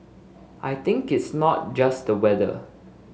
I think it's not just the weather